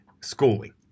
schooling